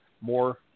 more